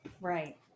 Right